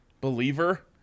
believer